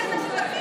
זה השותף שלך.